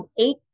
eight